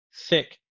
thick